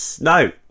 no